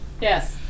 Yes